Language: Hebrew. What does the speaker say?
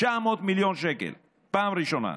900 מיליון שקל פעם ראשונה.